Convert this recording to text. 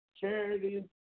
charity